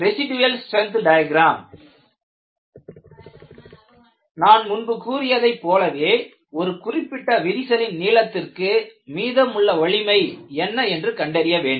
residual strength diagram நான் முன்பு கூறியதைப் போலவே ஒரு குறிப்பிட்ட விரிசலின் நீளத்திற்கு மீதமுள்ள வலிமை என்ன என்று கண்டறிய வேண்டும்